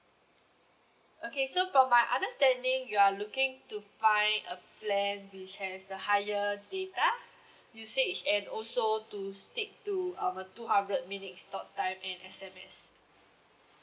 okay so for my understanding you are looking to buy a plan which has a higher data usage and also to stick to uh two hundred minutes talk time and S_M_S